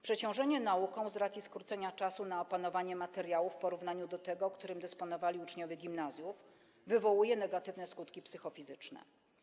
Przeciążenie nauką z racji skrócenia czasu na opanowanie materiału w porównaniu do tego, którym dysponowali uczniowie gimnazjów, wywołuje negatywne skutki psychofizyczne.